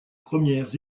premières